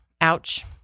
ouch